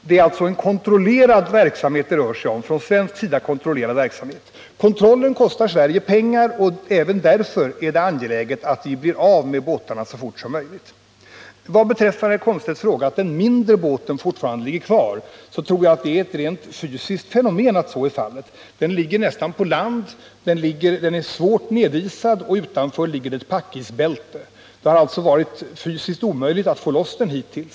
Det är alltså en från svensk sida kontrollerad verksamhet det rör sig om. Kontrollen kostar Sverige pengar, så även därför är det angeläget att vi blir av med båtarna så fort som möjligt. Vad beträffar herr Komstedts fråga om anledningen till att den mindre båten ligger kvar tror jag det är ett rent fysiskt fenomen att så är fallet. Den ligger nästan på land. Den är svårt nedisad, och utanför ligger ett packisbälte. Det har alltså hittills varit praktiskt omöjligt att få loss den.